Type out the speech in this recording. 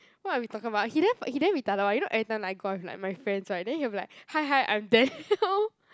what are we talking about he damn he damn retarded one you know every time like I go out with like my friends right then he'll be like hi hi I'm Daniel